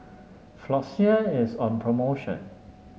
floxia is on promotion